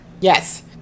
Yes